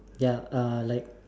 ya uh like